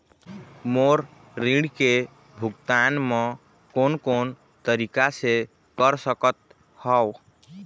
मोर ऋण के भुगतान म कोन कोन तरीका से कर सकत हव?